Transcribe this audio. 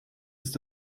ist